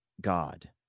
God